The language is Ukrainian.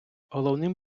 головним